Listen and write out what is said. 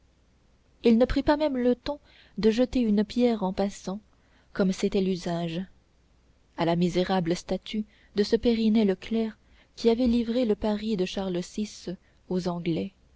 il ne prit pas même le temps de jeter une pierre en passant comme c'était l'usage à la misérable statue de ce périnet leclerc qui avait livré le paris de charles vi aux anglais